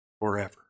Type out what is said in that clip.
forever